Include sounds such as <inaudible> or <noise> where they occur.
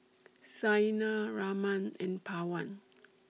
<noise> Saina Raman and Pawan <noise>